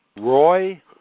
Roy